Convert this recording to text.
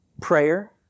prayer